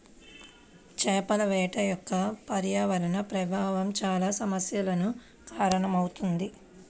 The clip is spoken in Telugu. చేపల వేట యొక్క పర్యావరణ ప్రభావం చాలా సమస్యలకు కారణమవుతుంది